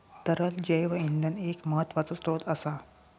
तरल जैव इंधन एक महत्त्वाचो स्त्रोत असा